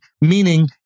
meaning